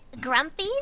grumpy